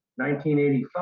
1985